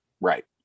Right